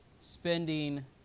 spending